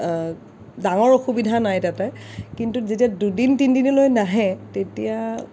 ডাঙৰ অসুবিধা নাই তাতে কিন্তু যেতিয়া দুদিন তিনদিনলৈ নাহে তেতিয়া